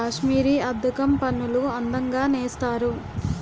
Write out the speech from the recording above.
కాశ్మీరీ అద్దకం పనులు అందంగా నేస్తారు